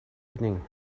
evening